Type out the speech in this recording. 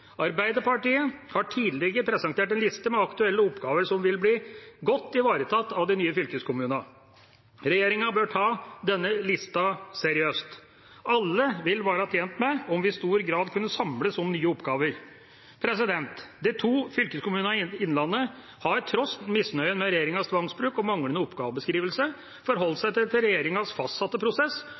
Arbeiderpartiet har tidligere presentert en liste med aktuelle oppgaver som vil bli godt ivaretatt av de nye fylkeskommunene. Regjeringa bør ta den lista seriøst. Alle vil være tjent med om vi i stor grad kunne samles om nye oppgaver. De to fylkeskommunene i Innlandet har – tross misnøyen med regjeringens tvangsbruk og manglende oppgavebeskrivelse – forholdt seg til regjeringas fastsatte prosess,